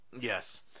Yes